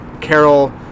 Carol